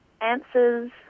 answers